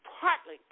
partly